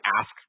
ask